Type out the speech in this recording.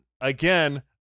again